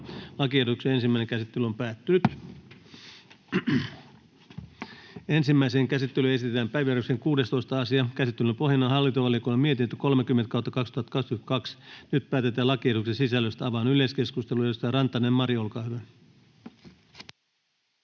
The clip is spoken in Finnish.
lakiesitys hylätään toisessa käsittelyssä. — Kiitos. Ensimmäiseen käsittelyyn esitellään päiväjärjestyksen 16. asia. Käsittelyn pohjana on hallintovaliokunnan mietintö HaVM 30/2022 vp. Nyt päätetään lakiehdotusten sisällöstä. — Avaan yleiskeskustelun. Edustaja Rantanen, Mari, olkaa hyvä.